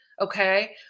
Okay